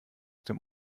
dem